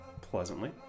Pleasantly